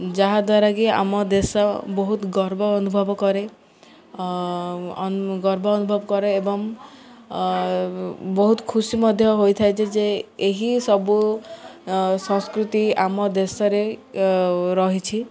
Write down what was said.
ଯାହାଦ୍ୱାରା କି ଆମ ଦେଶ ବହୁତ ଗର୍ବ ଅନୁଭବ କରେ ଗର୍ବ ଅନୁଭବ କରେ ଏବଂ ବହୁତ ଖୁସି ମଧ୍ୟ ହୋଇଥାଇଛି ଯେ ଏହି ସବୁ ସଂସ୍କୃତି ଆମ ଦେଶରେ ରହିଛି